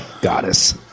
goddess